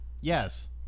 Yes